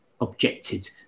objected